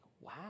wow